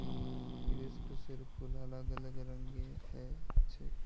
हिबिस्कुसेर फूल अलग अलग रंगेर ह छेक